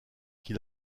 qui